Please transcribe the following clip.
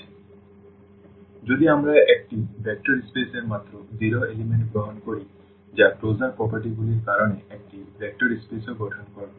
সুতরাং যদি আমরা একটি ভেক্টর স্পেস এর মাত্র 0 উপাদান গ্রহণ করি যা ক্লোজার প্রপার্টিগুলির কারণে একটি ভেক্টর স্পেসও গঠন করবে